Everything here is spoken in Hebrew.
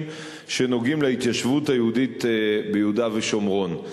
שנוגעים להתיישבות היהודית ביהודה ושומרון.